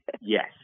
Yes